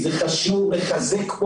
זה לא עניין של אם יהיה,